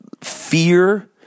Fear